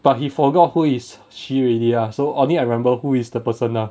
but he forgot who is she already ah so only I remember who is the person lah